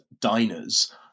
diners